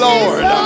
Lord